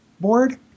board